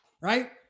right